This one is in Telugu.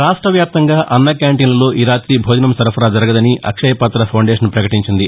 రాష్టవ్యాప్తంగా అన్న క్యాంటీన్లలో ఈ రాతి భోజనం సరఫరా జరగదని అక్షయపాత్ర ఫౌందేషన్ ప్రకటించింది